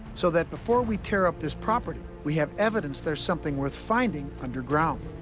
so that before we tear up this property, we have evidence there's something worth finding underground.